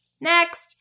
Next